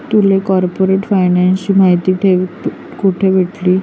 तुले कार्पोरेट फायनान्सनी माहिती कोठे भेटनी?